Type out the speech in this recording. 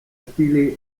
stile